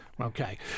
Okay